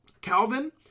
Calvin